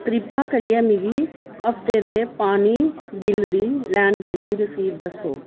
किरपा करियै मिगी हफ्ते दे पानी बिल दी लैन देन दी रसीद दस्सो